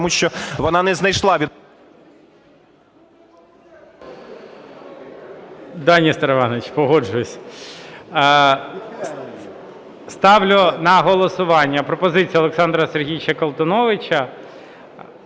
тому що вона не знайшла... ГОЛОВУЮЧИЙ. Да, Нестор Іванович, погоджуюсь. Ставлю на голосування пропозицію Олександра Сергійовича Колтуновича